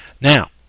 Now